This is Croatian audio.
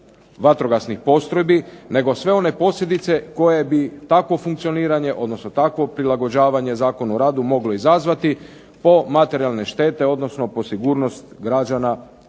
vatrogasnih postrojbi nego sve one posljedice koje bi takvo funkcioniranje, odnosno takvo prilagođavanje Zakonu o radu moglo izazvati po materijalne štete, odnosno po sigurnost građana